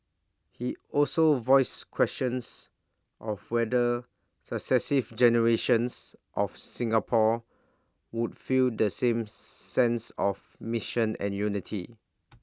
he also voiced questions of whether successive generations of Singapore would feel the same sense of mission and unity